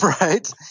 right